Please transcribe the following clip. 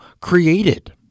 created